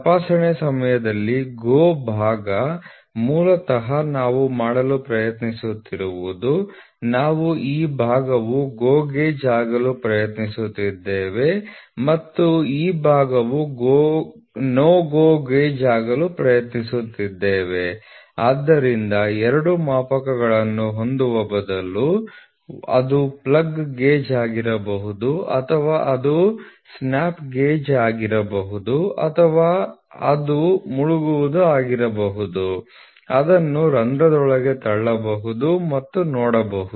ತಪಾಸಣೆ ಸಮಯದಲ್ಲಿ GO ಭಾಗ ಮೂಲತಃ ನಾವು ಮಾಡಲು ಪ್ರಯತ್ನಿಸುತ್ತಿರುವುದು ನಾವು ಈ ಭಾಗವು GO ಗೇಜ್ ಆಗಲು ಪ್ರಯತ್ನಿಸುತ್ತಿದ್ದೇವೆ ಆದ್ದರಿಂದ ಎರಡು ಮಾಪಕಗಳನ್ನು ಹೊಂದುವ ಬದಲು ಅದು ಪ್ಲಗ್ ಗೇಜ್ ಆಗಿರಬಹುದು ಅಥವಾ ಅದು ಸ್ನ್ಯಾಪ್ ಗೇಜ್ ಆಗಿರಬಹುದು ಅಥವಾ ಅದು ಪ್ಲಂಗಿಂಗ್ ಮುಳುಗುವುದು ಆಗಿರಬಹುದು ಅದುನ್ನು ರಂಧ್ರದೊಳಗೆ ತಳ್ಳಬಹುದು ಮತ್ತು ನೋಡಬಹುದು